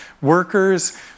workers